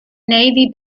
navy